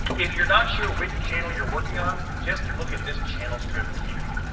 if you're not sure which channel you're working on, just look at this channel strip here.